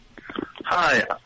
Hi